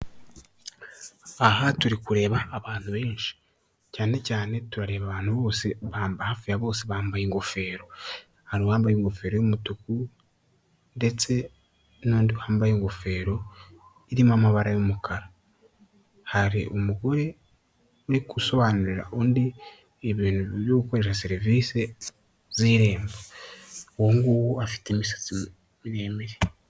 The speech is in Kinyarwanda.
Aha turi kureba abantu benshi. Cyane cyane turareba abantu bose hafi ya bose bambaye ingofero. Hari wambaye ingofero y'umutuku ndetse n'undi wambaye ingofero irimo amabara y'umukara. Hari umugore uri gusobanurira undi, ibintu byo gukoresha serivisi z'irembo. Uwo nguwo afite imisatsi miremire.